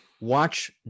Watch